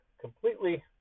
completely